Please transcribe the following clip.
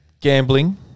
gambling